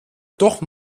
doch